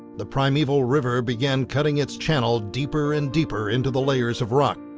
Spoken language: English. the primeval river began cutting its channel deeper and deeper into the layers of rock.